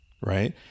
Right